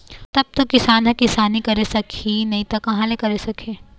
तब तो किसान ह किसानी करे सकही नइ त कहाँ ले करे सकही